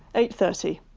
eight thirty,